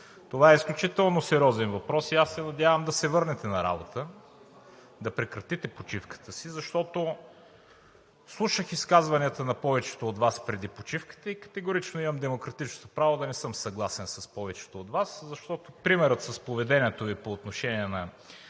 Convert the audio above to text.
това е изключително сериозен въпрос и аз се надявам да се върнете на работа, да прекратите почивката си, защото слушах изказванията на повечето от Вас преди почивката и категорично имам демократичното право да не съм съгласен с повечето от Вас. Защото примерът с поведението Ви по отношение